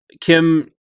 Kim